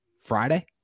Friday